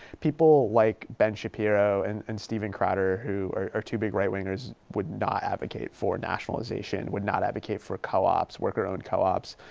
people like ben shapiro and and steven crowder who are two big right-wingers would not advocate for nationalization, would not advocate for co-ops, worker owned co-ops.